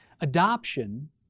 Adoption